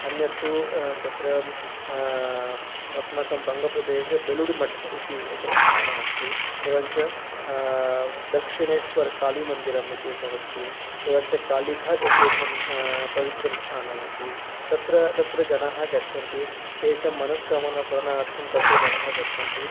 अन्यत् तु तत्र अस्माकं वङ्गप्रदेशे बेलुडु मठ् इति एकं स्थानमस्ति एवञ्च दक्षिणेश्वर् कालीमन्दिरम् इति एकमस्ति एवञ्च कालिघाट् इति एकं पवित्रं स्थानमस्ति तत्र तत्र जनाः गच्छन्ति तेषां मनस्कामनपूरणार्थं तत्र जनाः गच्छन्ति